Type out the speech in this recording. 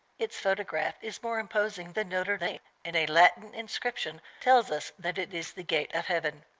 its photograph is more imposing than notre dame, and a latin inscription tells us that it is the gate of heaven.